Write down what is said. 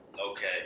Okay